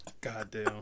Goddamn